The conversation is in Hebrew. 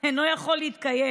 הם תמיד נגד השחיתות ונגד תרגילים